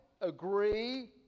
agree